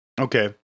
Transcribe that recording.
Okay